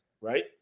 right